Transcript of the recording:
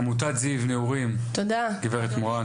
עמותת זיו נעורים, גברת מורן.